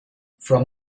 from